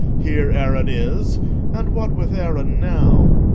here aaron is and what with aaron now?